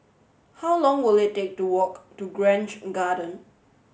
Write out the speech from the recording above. how long will it take to walk to Grange Garden